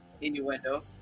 innuendo